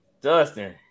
Dustin